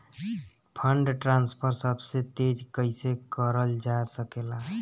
Fund transfer सबसे तेज कइसे करल जा सकेला?